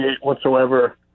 whatsoever